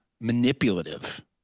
manipulative